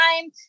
time